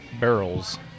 barrels